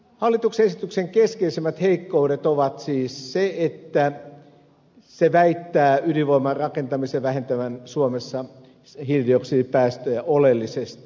hallituksen esityksen keskeisimmät heikkoudet ovat siis se että se väittää ydinvoiman rakentamisen vähentävän suomessa hiilidioksidipäästöjä oleellisesti